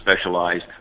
specialized